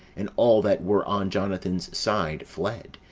and all that were on jonathan's side fled,